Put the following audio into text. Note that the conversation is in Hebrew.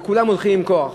וכולם הולכים עם כוח,